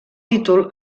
títol